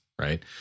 Right